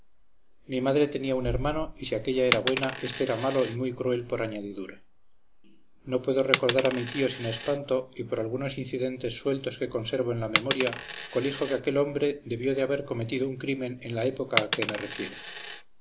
mi madre tenía un hermano y si aquélla era buena éste era malo y muy cruel por añadidura no puedo recordar a sin espanto y por algunos incidentes sueltos que conservo en la memoria colijo que aquel hombre debió de haber cometido un crimen en la época a que me refiero